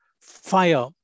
fire